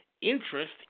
interest